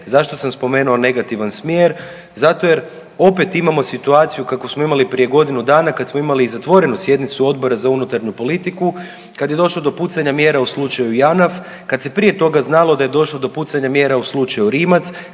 Zašto sam spomenu negativan smjer? Zato jer opet imamo situaciju kakvu smo imali prije godinu dana kad smo imali i zatvorenu sjednicu Odbora za unutarnju politiku kad je došlo do pucanja mjera u slučaju JANAF, kad se prije toga znalo da je došlo pucanja mjera u slučaju Rimac,